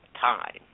time